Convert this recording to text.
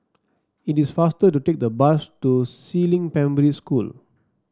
it is faster to take the bus to Si Ling Primary School